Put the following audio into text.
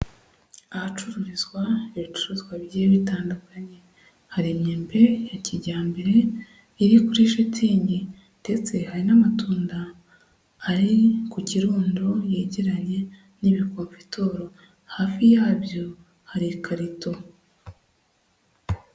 Ahacururizwa ibicuruzwa bigiye bitandukanye, hari imyebe ya kijyambere iri kuri shitingi ndetse hari n'amatunda ari ku kirundo yegeranye n'ibikopetoro, hafi yabyo hari ikarito